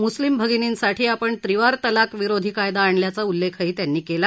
म्स्लीम भगिनींसाठी आपण त्रिवार तलाक विरोधी कायदा आणल्याचा उल्लेख त्यांनी केला